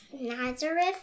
Nazareth